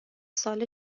ساله